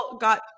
got